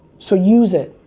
so use it.